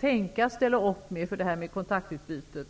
tänkas ställa upp med för detta kontaktutbyte.